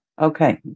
Okay